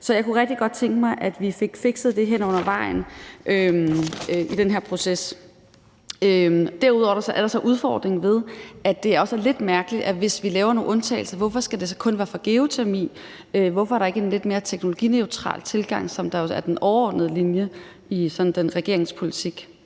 Så jeg kunne rigtig godt tænke mig, at vi fik fikset det hen ad vejen i den her proces. Derudover er der så udfordringen i, at det også er lidt mærkeligt, hvis vi laver nogle undtagelser, hvorfor det så kun skal være for geotermi. Hvorfor er det ikke en mere teknologineutral tilgang, som er den overordnede linje i regeringens politik?